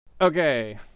Okay